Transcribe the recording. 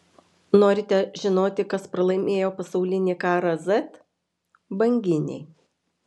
norite žinoti kas pralaimėjo pasaulinį karą z banginiai